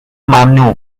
ممنوع